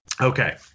Okay